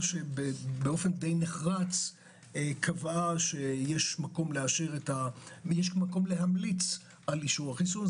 שבאופן די נחרץ קבעה שיש מקום להמליץ על אישור החיסון.